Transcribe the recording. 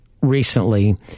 recently